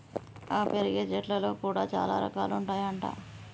ఆ పెరిగే చెట్లల్లో కూడా చాల రకాలు ఉంటాయి అంట